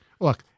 Look